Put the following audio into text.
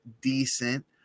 decent